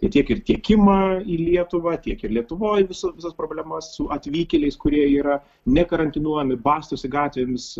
tiek ir tiekimą į lietuvą tiek ir lietuvoj visų visas problemas su atvykėliais kurie yra ne karantinuojami bastosi gatvėmis